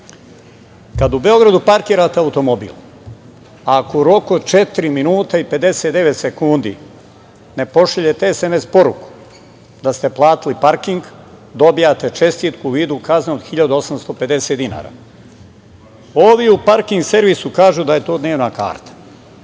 Kada u Beogradu parkirate automobil, ako u roku od četiri minuta i 59 sekundi ne pošaljete SMS poruku da ste platili parking, dobijate čestitku u vidu kazne od 1.850 dinara. Ovi u parking servisu kažu da je to dnevna karta.